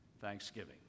thanksgiving